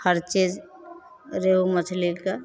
हर चीज रेहू मछलीके